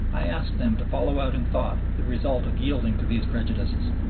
i ask them to follow out in thought the result of yielding to these prejudices.